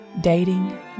dating